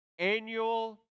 annual